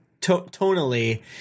tonally